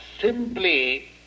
simply